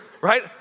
Right